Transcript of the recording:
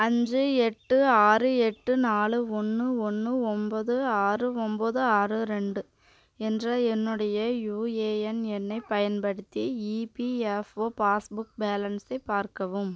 அஞ்சு எட்டு ஆறு எட்டு நாலு ஒன்று ஒன்று ஒன்போது ஆறு ஒன்போது ஆறு ரெண்டு என்ற என்னுடைய யுஏஎன் எண்ணை பயன்படுத்தி இபிஎஃப்ஓ பாஸ்புக் பேலன்ஸை பார்க்கவும்